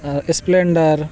splendor